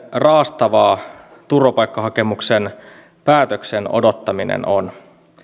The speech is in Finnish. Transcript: raastavaa turvapaikkahakemuksen päätöksen odottaminen on